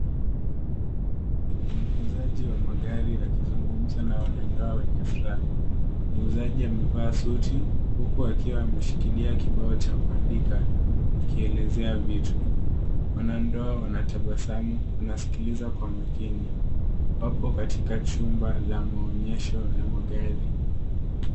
Muuzaji wa magari akizungumza na wanandoa wenye furaha. Muuzaji amevaa suti huku akiwa ameshikilia kibao cha kuandika, akielezea vitu. Wanandoa wana tabasamu, wanasikiliza kwa makini. Wapo katika chumba la maonyesho ya magari.